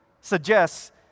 suggests